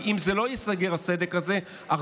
כי אם הסדק הזה לא ייסגר,